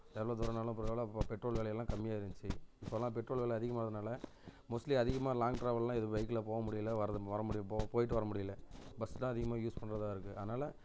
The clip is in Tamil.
எவ்வளோ தூரமானாலும் பரவாயில்ல அப்போது பெட்ரோல் வெலையெல்லாம் கம்மியாக இருந்துச்சு இப்போதுலாம் பெட்ரோல் வெலை அதிகமானதுனால் மோஸ்ட்லி அதிகமாக லாங் ட்ராவல்லாம் எதுவும் பைக்கில் போக முடியல வரதும் வர முடிலை போ போய்விட்டு வர முடியல பஸ் தான் அதிகமாக யூஸ் பண்ணுறதா இருக்குது அதனால